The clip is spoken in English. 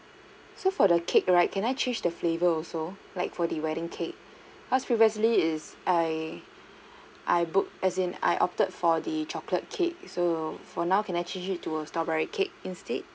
so for the cake right can I change the flavour also like for the wedding cake cause previously is I I book as in I opted for the chocolate cake so for now can I change it to a strawberry cake instead